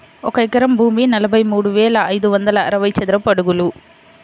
ఒక ఎకరం భూమి నలభై మూడు వేల ఐదు వందల అరవై చదరపు అడుగులు